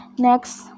next